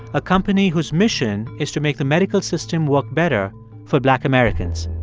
a company whose mission is to make the medical system work better for black americans.